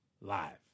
Live